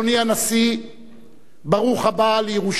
ברוך הבא לירושלים בירת ישראל,